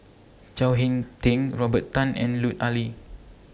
Chao Hick Tin Robert Tan and Lut Ali